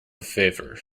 favor